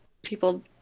People